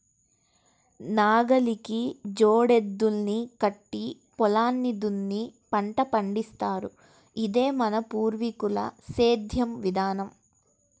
నాగలికి జోడెద్దుల్ని కట్టి పొలాన్ని దున్ని పంట పండిత్తారు, ఇదే మన పూర్వీకుల సేద్దెం విధానం